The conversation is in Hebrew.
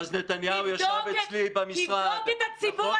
תבדוק את הציבור,